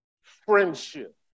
friendship